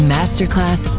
Masterclass